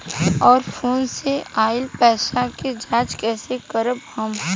और फोन से आईल पैसा के जांच कैसे करब हम?